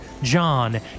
John